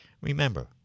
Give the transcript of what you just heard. Remember